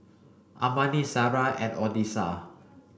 Amani Sarrah and Odessa